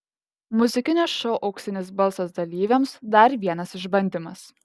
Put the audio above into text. muzikinio šou auksinis balsas dalyviams dar vienas išbandymas